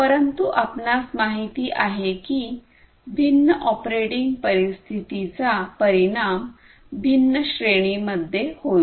परंतु आपणास माहित आहे की भिन्न ऑपरेटिंग परिस्थितीचा परिणाम भिन्न श्रेणींमध्ये होईल